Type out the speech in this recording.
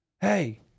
hey